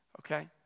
okay